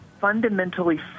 fundamentally